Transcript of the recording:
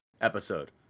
episode